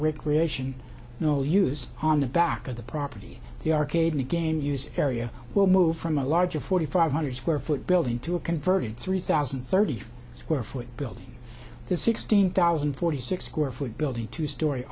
recrimination no use on the back of the property the arcade game used area will move from a larger forty five hundred square foot building to a converted three thousand and thirty square foot building the sixteen thousand forty six square foot building a two stor